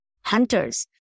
hunters